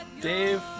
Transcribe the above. Dave